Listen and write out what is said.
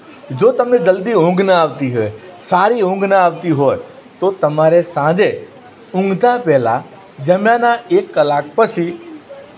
જો તમને જલ્દી ઊંઘ ના આવતી હોય સારી ઊંઘ ના આવતી હોય તો તમારે સાંજે ઊંઘતા પહેલાં જમ્યાના એક કલાક પછી